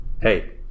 Hey